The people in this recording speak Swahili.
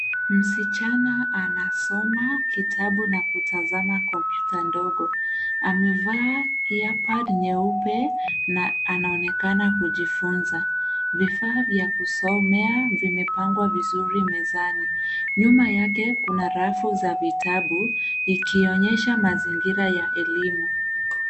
Msichana anasoma kitabu na kutazama kompyuta ndogo amevaa ear pad nyeupe na anaonekana kujifunza. Vifaa vya kusomea zimepangwa vizuri mezani. Nyuma yake kuna rafu za vitabu ikionyesha mazingira ya elimu.